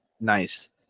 nice